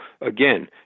again